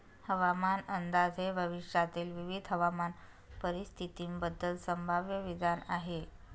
हवामान अंदाज हे भविष्यातील विविध हवामान परिस्थितींबद्दल संभाव्य विधान आहे